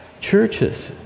churches